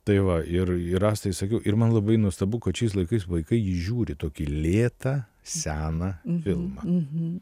tai va ir ir rasai sakiau ir man labai nuostabu kad šiais laikais vaikai įžiūri tokį lėtą seną filmą